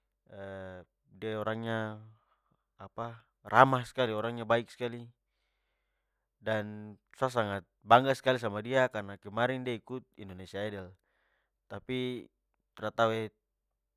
de orangnya apa ramah skali, orangnya baik skali dan sa sangat bangga skali sama dia karna kemarin de ikut indonesia idol. Tapi, tra tau e